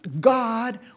God